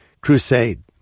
crusade